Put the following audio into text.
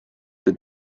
the